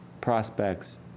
prospects